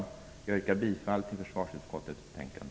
Jag yrkar bifall till hemställan i försvarsutskottets betänkande.